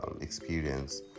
experience